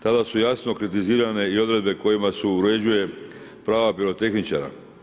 Tada su jasno kritizirane i odredbe kojima se uređuje prava pirotehničara.